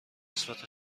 مثبت